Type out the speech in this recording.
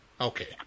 Okay